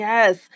Yes